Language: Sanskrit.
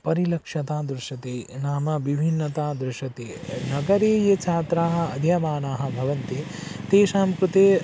परिलक्षतान् दृश्यते नाम विभिन्नता दृश्यते नगरे ये छात्राः अधीयमानाः भवन्ति तेषां कृते